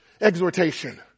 exhortation